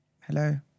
Hello